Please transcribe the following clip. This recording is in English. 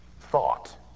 thought